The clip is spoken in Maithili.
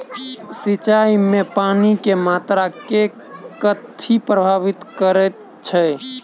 सिंचाई मे पानि केँ मात्रा केँ कथी प्रभावित करैत छै?